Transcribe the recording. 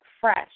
fresh